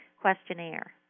questionnaire